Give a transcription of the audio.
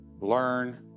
learn